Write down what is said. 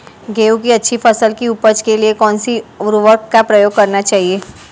गेहूँ की अच्छी फसल की उपज के लिए कौनसी उर्वरक का प्रयोग करना चाहिए?